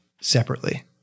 separately